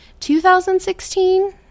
2016